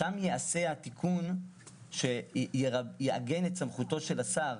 שם ייעשה התיקון שיעגן את סמכותו של השר